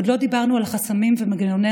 עוד לא דיברנו על החסמים ומנגנוני